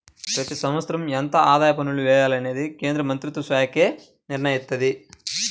ప్రతి సంవత్సరం ఎంత ఆదాయ పన్నుల్ని వెయ్యాలనేది కేంద్ర ఆర్ధికమంత్రిత్వశాఖే నిర్ణయిత్తది